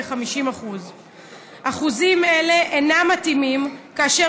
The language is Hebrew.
תאגיד זה 50%. אחוזים אלה אינם מתאימים כאשר